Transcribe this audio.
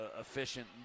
efficient